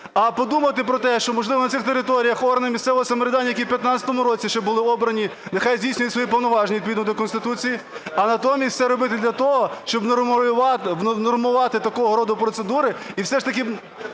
а подумати про те, що, можливо, на цих територіях органи місцевого самоврядування, які в 15-му році ще були обрані, нехай здійснюють свої повноваження відповідно до Конституції. А натомість все робити для того, щоб внормувати такого роду процедури і все ж таки